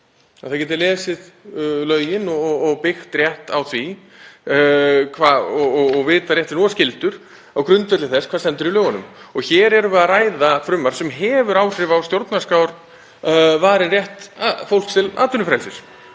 það geti lesið lögin og byggt rétt á því, vitað rétt sinn og skyldur á grundvelli þess hvað stendur í lögunum. Hér erum við að ræða frumvarp sem hefur áhrif á stjórnarskrárvarinn rétt fólks til atvinnufrelsis.